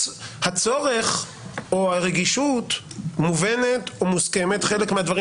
הצורך או הרגישות מובנת ומוסכמת חלק מהדברים